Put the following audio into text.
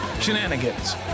Shenanigans